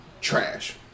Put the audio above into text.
Trash